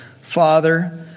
Father